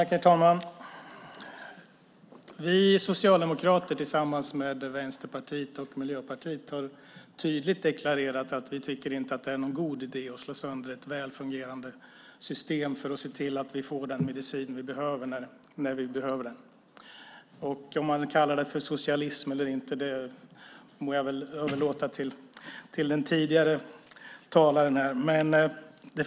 Herr talman! Vi socialdemokrater tillsammans med Vänsterpartiet och Miljöpartiet har tydligt deklarerat att vi inte tycker att det är någon god idé att slå sönder ett väl fungerande system för att se till att vi får den medicin vi behöver när vi behöver den. Om man kallar det för socialism eller inte överlåter jag till den tidigare talaren här.